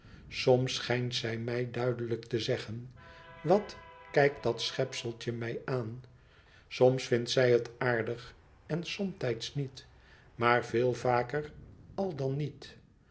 soms schijnt zij mij duidelijk te zeggen wat kijkt dat schepseltje mij aan somtijds vindt zij het aardig en somtijds niet maar veel vaker al dan niet